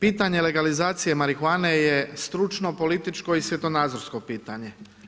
Pitanje legalizacije marihuane je stručno, političko i svjetonazorsko pitanje.